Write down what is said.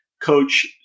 coach